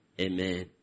Amen